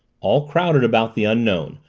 all crowded about the unknown,